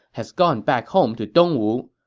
has gone back home to dongwu.